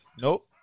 Nope